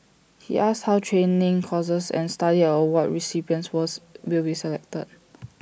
he asked how training courses and study award recipients was will be selected